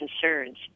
concerns